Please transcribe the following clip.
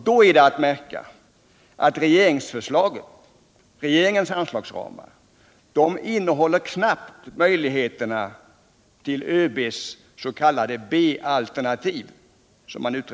Då är det att märka att regeringens anslagsramar knappt ger utrymme för ÖB:s s.k. B-alternativ.